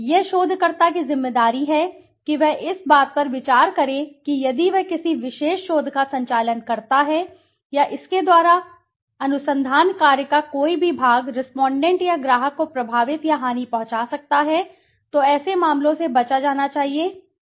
यह शोधकर्ता की ज़िम्मेदारी है कि वह इस बात पर विचार करे कि यदि वह किसी विशेष शोध का संचालन करता है या इसके द्वारा यदि अनुसंधान कार्य का कोई भी भाग रेस्पोंडेंट या ग्राहक को प्रभावित या हानि पहुँचा सकता है तो ऐसे मामलों से बचा जाना चाहिए ऐसे मामलों से बचा जाना चाहिए